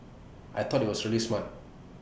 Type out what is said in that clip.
I thought IT was really smart